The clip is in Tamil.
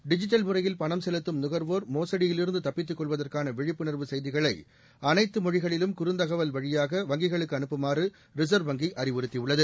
டிஜிட்டல் முறையில் பணம் செலுத்தும் நுகர்வோர் மோசடியிலிருந்து தப்பித்துக் கொள்வதற்கான விழிப்புணர்வு செய்திகளை அனைத்து மொழிகளிலும் குறுந்தகவல் வழியாக அனுப்புமாறு வங்கிகளுக்கு ரிசர்வ் வங்கி அறிவுறுத்தியுள்ளது